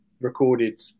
recorded